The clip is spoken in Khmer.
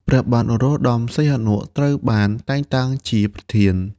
ព្រះបាទនរោត្តម សីហនុ ត្រូវបានតែងតាំងជាប្រធាន ។